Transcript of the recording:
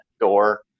door